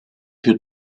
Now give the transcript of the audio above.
più